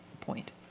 point